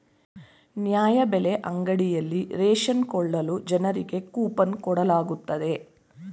ನ್ಯಾಯಬೆಲೆ ಅಂಗಡಿಯಲ್ಲಿ ರೇಷನ್ ಕೊಳ್ಳಲು ಜನರಿಗೆ ಕೋಪನ್ ಕೊಡಲಾಗುತ್ತದೆ